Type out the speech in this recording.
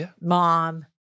mom